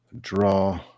Draw